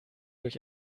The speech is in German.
durch